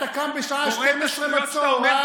אתה קם בשעה 12:00, בצוהריים?